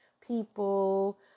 people